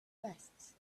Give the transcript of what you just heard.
requests